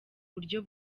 buryo